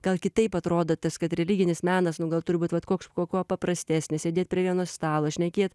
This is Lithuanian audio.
gal kitaip atrodo tas kad religinis menas nu gal turi būt vat koks kuo kuo paprastesnis sėdėt prie vieno stalo šnekėt